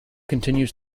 continues